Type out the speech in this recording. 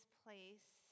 place